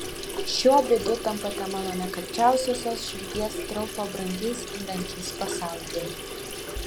šiuo būdu tampate mano nekalčiausiosios širdies triumfo brangiais įrankiais pasaulyje